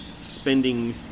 spending